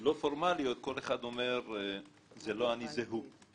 לא פורמאליות אומרים זה לא אני זה הוא.